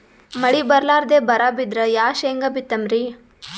ಮಳಿ ಬರ್ಲಾದೆ ಬರಾ ಬಿದ್ರ ಯಾ ಶೇಂಗಾ ಬಿತ್ತಮ್ರೀ?